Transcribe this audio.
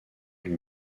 lui